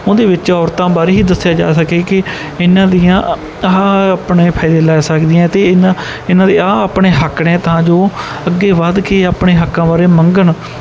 ਉਹਦੇ ਵਿੱਚ ਔਰਤਾਂ ਬਾਰੇ ਹੀ ਦੱਸਿਆ ਜਾ ਸਕੇ ਕਿ ਇਹਨਾਂ ਦੀਆਂ ਆਹ ਆਹ ਆਪਣੇ ਫਾਇਦੇ ਲੈ ਸਕਦੀਆਂ ਅਤੇ ਇਹਨਾਂ ਇਹਨਾਂ ਦੇ ਆਹ ਆਪਣੇ ਹੱਕ ਨੇ ਤਾਂ ਜੋ ਅੱਗੇ ਵਧ ਕੇ ਇਹ ਆਪਣੇ ਹੱਕਾਂ ਬਾਰੇ ਮੰਗਣ